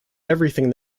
everything